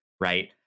right